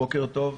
בוקר טוב,